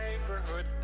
neighborhood